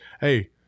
hey